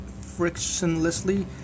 frictionlessly